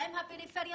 האם הפריפריה